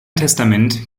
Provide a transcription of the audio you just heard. testament